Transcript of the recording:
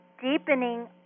deepening